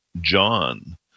John